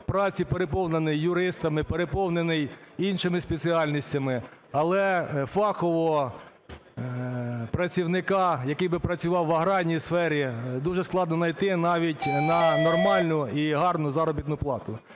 праці переповнений юристами, переповнений іншими спеціальностями, але фахового працівника, який би працював в аграрній сфері дуже складно знайти навіть на нормальну і гарну заробітну плату.